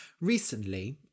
Recently